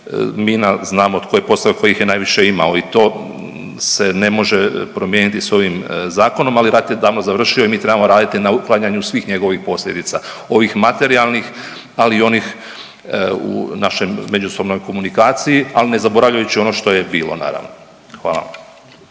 mina znamo tko je postavio, tko ih je najviše imao. I to se ne može promijeniti sa ovim zakonom. Ali rat je davno završio i mi trebamo raditi na uklanjanju svih njegovih posljedica ovih materijalnih, ali i onih u našoj međusobnoj komunikaciji, ali ne zaboravljajući ono što je bilo naravno. Hvala